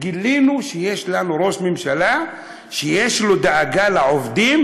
גילינו שיש לנו ראש ממשלה שיש לו דאגה לעובדים,